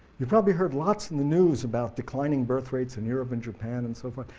you've probably heard lots in the news about declining birthrates in europe, and japan and so forth,